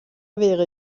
wäre